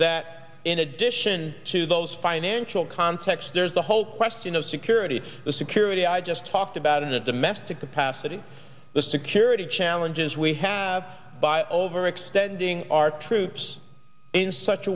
that in addition to those financial context there's the whole question of security the security i just talked about in a domestic capacity the security challenges we have by overextending our troops in such